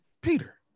Peter